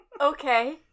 Okay